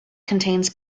contains